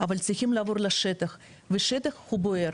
אבל צריכים לעבור לשטח ושטח הוא בוער,